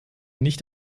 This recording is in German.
nicht